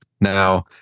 now